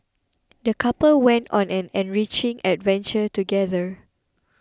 the couple went on an enriching adventure together